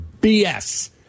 BS